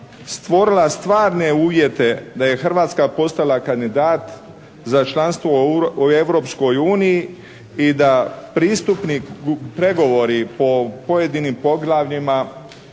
stvorila stvarne uvjete da je Hrvatska postala kandidat za članstvo u Europskoj uniji i da pristupni pregovori po pojedinim poglavljima